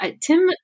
Tim